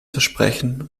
versprechen